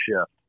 shift